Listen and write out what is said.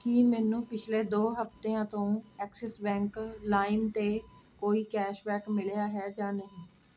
ਕੀ ਮੈਨੂੰ ਪਿਛਲੇ ਦੋ ਹਫਤਿਆਂ ਤੋਂ ਐਕਸਿਸ ਬੈਂਕ ਲਾਇਮ 'ਤੇ ਕੋਈ ਕੈਸ਼ਬੈਕ ਮਿਲਿਆ ਹੈ ਜਾਂ ਨਹੀਂ